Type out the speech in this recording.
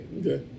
Okay